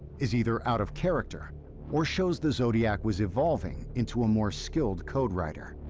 is either out of character or shows the zodiac was evolving into a more skilled code writer.